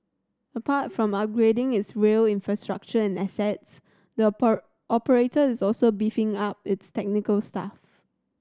apart from upgrading is rail infrastructure and assets the operator is also beefing up its technical staff